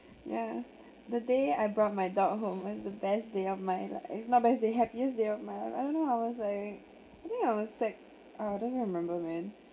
ya the day I brought my dog home was the best day of my life not the best day happiest day of my I don't know I was like I think I was like uh don't really remember man